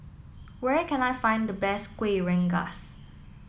where can I find the best Kueh Rengas